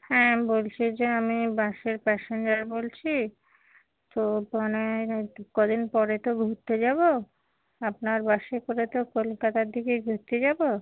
হ্যাঁ আমি বলছি যে আমি বাসের প্যাসেঞ্জার বলছি তো মানে আর কি কদিন পরে তো ঘুরতে যাব আপনার বাসে করে তো কলকাতার দিকে ঘুরতে যাব